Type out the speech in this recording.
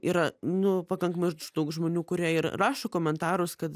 yra nu pakankamai daug žmonių kurie ir rašo komentarus kad